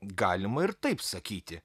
galima ir taip sakyti